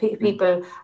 people